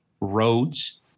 roads